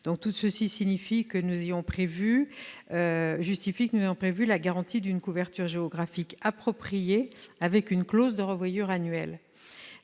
Tout cela justifie que nous ayons prévu la garantie d'une couverture géographique appropriée, avec une clause de revoyure annuelle.